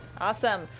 Awesome